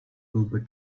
byłby